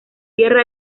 sierra